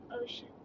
ocean